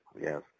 Yes